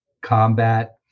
combat